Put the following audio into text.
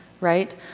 right